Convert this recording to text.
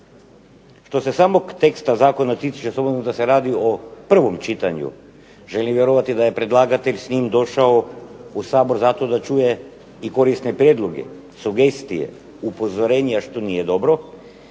Što se samog teksta zakona tiče s obzirom da se radi o prvom čitanju želim vjerovati da je predlagatelj s tim došao u Sabor zato da čuje i korisne prijedloge, sugestije, upozorenja što nije dobro,